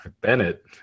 Bennett